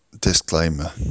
disclaimer